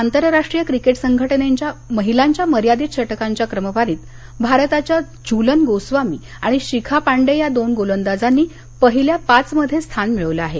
आंतरराष्टीय क्रिकेट संघटनेच्या महिलांच्या मर्यादित षटकांच्या क्रमवारीत भारताच्या झलन गोस्वामी आणि शिखा पांडे या दोन गोलंदाजांनी पहिल्या पाचमध्ये स्थान मिळवलं आहे